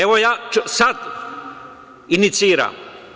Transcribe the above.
Evo, ja sad iniciram.